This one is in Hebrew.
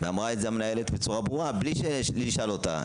אמרה את זה המנהלת בצורה ברורה בלי שנשאל אותה.